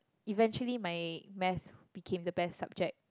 eventually my math became the best subject